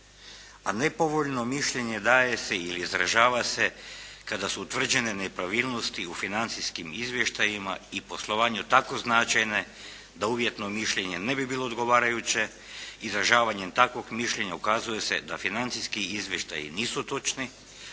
a nepovoljno mišljenje daje se ili izražava se kada su utvrđene nepravilnosti u financijskim izvještajima i poslovanju tako značajne da uvjetno mišljenje ne bi bilo odgovarajuće, izražavanjem takvog mišljenja ukazuje se da financijski izvještaji nisu točni,